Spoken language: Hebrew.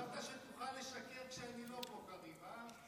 חשבת שתוכל לשקר כשאני לא פה, קריב, הא?